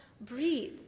breathe